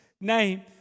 name